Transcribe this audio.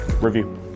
review